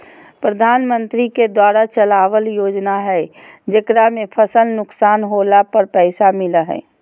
प्रधानमंत्री के द्वारा चलावल योजना हइ जेकरा में फसल नुकसान होला पर पैसा मिलो हइ